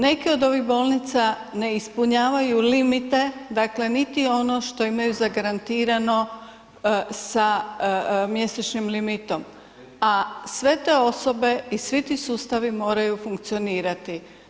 Neke od ovih bolnica ne ispunjavaju limite, dakle niti ono što imaju zagarantirano sa mjesečnim limitom, a sve te osobe i svi ti sustavi moraju funkcionirati.